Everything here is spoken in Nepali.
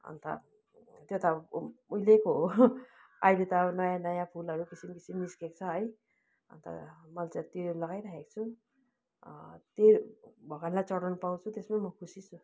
अन्त त्यो त अब उहिलेको हो अहिले त अब नयाँ नयाँ फुलहरू किसिम किसिम निस्किएको छ है अन्त मैले चाहिँ त्यो लगाइराखेको छु त्यहीँ भगवानलाई चढाउनु पाउँछु त्यसमै म खुसी छु